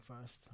first